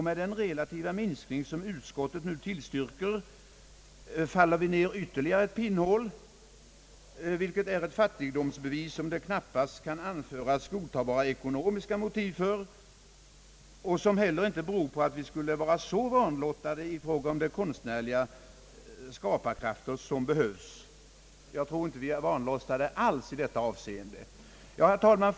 Med den relativa minskning som utskottet nu tillstyrker faller vi ned ytterligare ett pinnhål, vilket innebär ett fattigdomsbevis, som det knappast kan anföras godtagbara ekonomiska motiv för och som heller inte beror på att vi skulle vara så vanlottade i fråga om de konstnärliga skaparkrafter som behövs. Jag tror inte alls att vi är vanlottade i detta avseende. Herr talman!